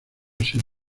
ser